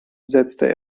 setzte